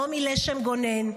רומי לשם-גונן,